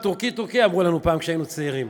"טורקי-טורקי" אמרו לנו פעם, כשהיינו צעירים.